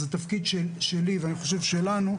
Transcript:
אז התפקיד שלי ואני חושב שלנו,